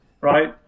right